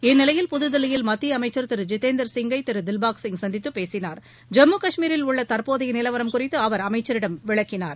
இந்நிலையில் புதுதில்லியில் மத்திய அமைச்சர் திரு ஜிதேந்தர் சிங் ஐ திரு தில்பாக்சிப் சந்தித்து பேசினார் ஜம்மு காஷ்மிரில் உள்ள தற்போதைய நிலவரம் குறித்து அவர் அமைச்சரிடம் விளக்கினார்